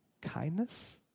Kindness